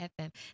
FM